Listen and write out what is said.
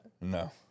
No